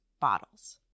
bottles